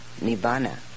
Nibbana